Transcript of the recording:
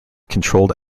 controlled